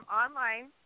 online